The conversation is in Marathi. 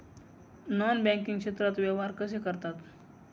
नॉन बँकिंग क्षेत्रात व्यवहार कसे करतात?